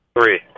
Three